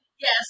Yes